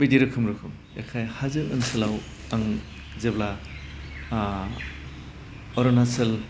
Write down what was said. बिदि रोखोम रोखम बेखाय हाजो ओनसोलाव आं जेब्ला अरुणाचल